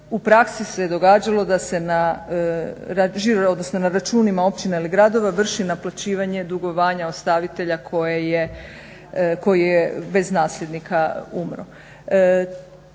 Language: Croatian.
U praksi se događalo da se na računima, odnosno računima općina ili gradova vrši naplaćivanje dugovanja ostavitelja koji je bez nasljednika umro.